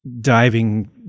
diving